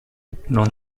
non